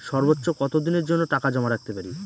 সর্বোচ্চ কত দিনের জন্য টাকা জমা রাখতে পারি?